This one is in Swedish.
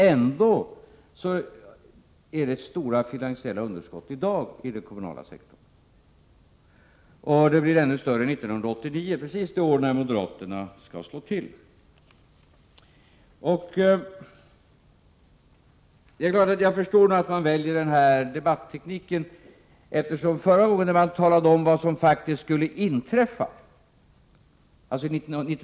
Ändå förekommer stora finansiella underskott i dag i den kommunala sektorn. De blir ännu större 1989, precis när moderaterna skall slå till. Jag förstår att moderaterna väljer denna debatteknik. Förra gången, dvs. inför 1985 års val, talade man om vad som faktiskt skulle inträffa.